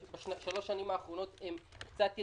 בשלוש השנים האחרונות הם קצת יציבים,